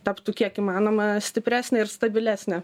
taptų kiek įmanoma stipresnė ir stabilesnė